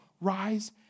rise